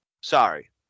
Sorry